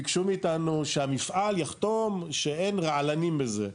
ביקשו מאיתנו שהמפעל יחתום שאין רעלנים בזה.